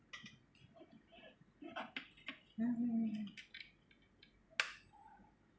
ya ya ya